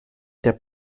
der